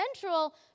central